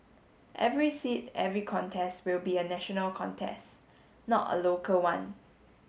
every seat every contest will be a national contest not a local one